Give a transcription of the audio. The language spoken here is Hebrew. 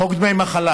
חוק דמי מחלה